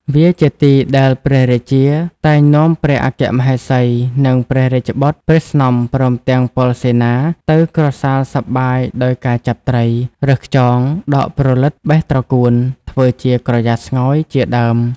វាជាទីដែលព្រះរាជាតែងនាំព្រះអគ្គមហេសី និងព្រះរាជបុត្រ ព្រះស្នំ ព្រមទាំងពលសេនា ទៅក្រសាលសប្បាយដោយការចាប់ត្រី រើសខ្យង ដកព្រលិត បេះត្រកួន ធ្វើជាក្រយាស្ងោយជាដើម ។